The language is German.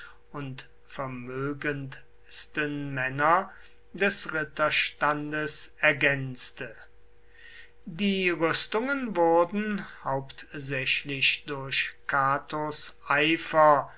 und vermögendsten männer des ritterstandes ergänzte die rüstungen wurden hauptsächlich durch catos eifer